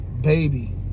Baby